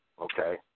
okay